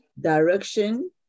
Direction